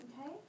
Okay